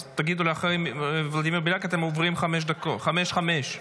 אז תגידו לי אחרי ולדימיר בליאק אם אתם עוברים לחמש וחמש דקות.